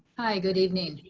hi, good evening,